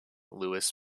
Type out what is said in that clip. louis